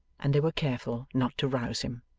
and they were careful not to rouse him.